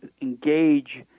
engage